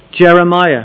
Jeremiah